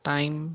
Time